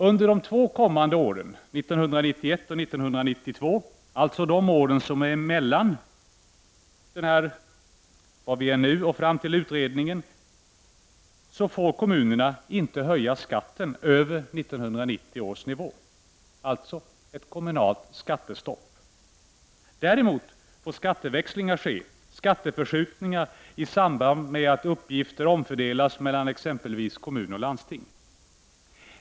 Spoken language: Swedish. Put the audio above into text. Under de två kommande åren, 1991 och 1992, alltså de år som ligger emellan innevarande år och det år när utredningens förslag skall träda i kraft, får kommunerna inte höja skatten över 1990 års nivå. Det blir alltså ett kommunalt skattestopp. Däremot får skatteväxlingar ske — skatteförskjutningar i samband med att uppgifter omfördelas mellan exempelvis kommun och landsting.